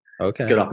Okay